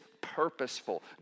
purposeful